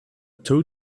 tow